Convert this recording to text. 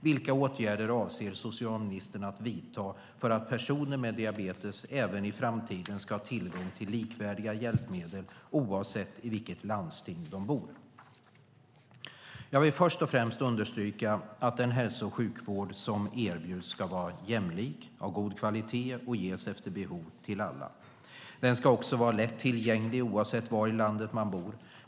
Vilka åtgärder avser socialministern att vidta för att personer med diabetes även i framtiden ska ha tillgång till likvärdiga hjälpmedel oavsett vilket landsting de tillhör? Jag vill först och främst understryka att den hälso och sjukvård som erbjuds ska vara jämlik, av god kvalitet och ges efter behov till alla. Den ska också vara lätt tillgänglig, oavsett var i landet man bor.